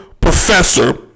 professor